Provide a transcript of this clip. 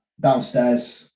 downstairs